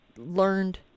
learned